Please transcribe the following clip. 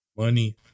Money